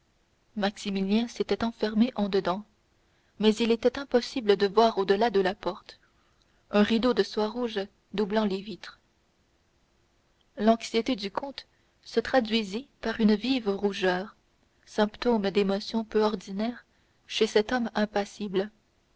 maximilien s'était enfermé en dedans mais il était impossible de voir au-delà de la porte un rideau de soie rouge doublant les vitres l'anxiété du comte se traduisit par une vive rougeur symptôme d'émotion peu ordinaire chez cet homme impassible